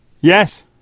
Yes